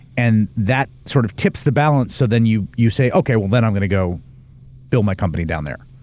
and that sort of tips the balance. so then you you say, okay, well, then i'm going to go build my company down there.